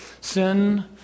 Sin